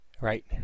Right